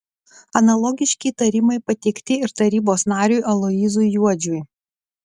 analogiški įtarimai pateikti ir tarybos nariui aloyzui juodžiui